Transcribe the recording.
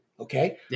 Okay